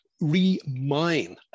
re-mine